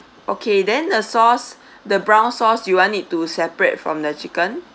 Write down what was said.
okay then the sauce the brown sauce you want it to separate from the chicken